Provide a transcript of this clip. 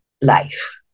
life